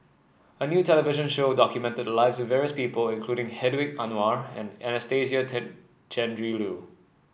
a new television show documented the lives of various people including Hedwig Anuar and Anastasia Tjendri Liew